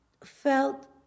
felt